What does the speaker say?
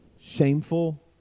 shameful